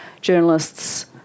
journalists